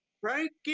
Frankie